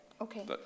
Okay